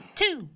two